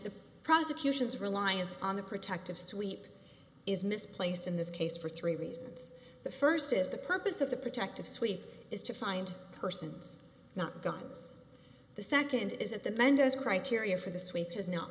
the prosecution's reliance on the protective sweep is misplaced in this case for three reasons the first is the purpose of the protective sweep is to find persons not guns the second is at the mendez criteria for the sweep has no